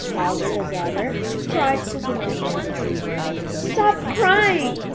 ugly as ever, cried to pinocchio stop crying!